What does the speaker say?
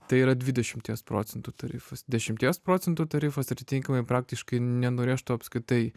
tai yra dvidešimies procentų tarifas dešimties procentų tarifas atitinkamai praktiškai nenurėžtų apskritai